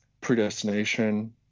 predestination